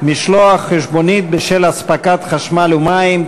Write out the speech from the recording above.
משלוח חשבונית בשל אספקת חשמל ומים),